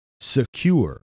secure